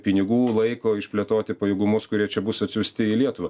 pinigų laiko išplėtoti pajėgumus kurie čia bus atsiųsti į lietuvą